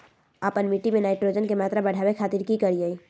आपन मिट्टी में नाइट्रोजन के मात्रा बढ़ावे खातिर की करिय?